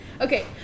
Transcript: Okay